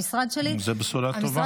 המשרד שלי, זו בשורה טובה.